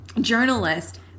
journalist